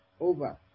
over